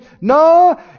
No